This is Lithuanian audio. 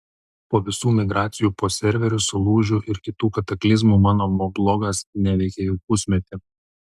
po visų migracijų po serverius lūžių ir kitų kataklizmų mano moblogas neveikė jau pusmetį